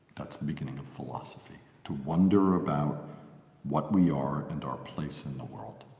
that's the beginning of philosophy to wonder about what we are and our place in the world.